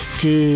que